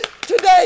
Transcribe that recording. Today